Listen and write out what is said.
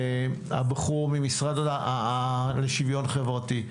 הבחור מהמשרד לשוויון חברתי.